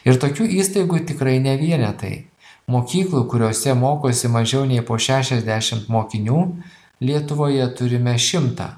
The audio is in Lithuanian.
ir tokių įstaigų tikrai ne vienetai mokyklų kuriose mokosi mažiau nei po šešiasdešim mokinių lietuvoje turime šimtą